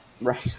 Right